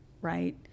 Right